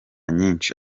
nyinshi